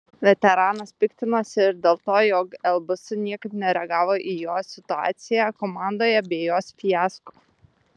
veteranas piktinosi ir dėl to jog lbs niekaip nereagavo į situaciją komandoje bei jos fiasko